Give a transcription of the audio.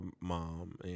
mom